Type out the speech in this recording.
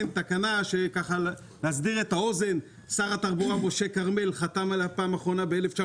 שר התחבורה משה כרמל חתם עליה ב-1969,